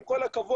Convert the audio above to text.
עם כל הכבוד,